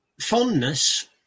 Fondness